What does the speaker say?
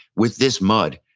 with this mud,